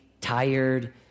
tired